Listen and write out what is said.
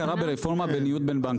ברפורמה בניוד בין בנקים.